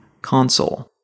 console